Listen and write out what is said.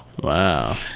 Wow